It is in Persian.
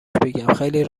بگم، خیلی